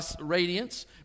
radiance